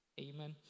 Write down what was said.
Amen